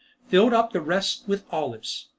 filled up the rest with olives.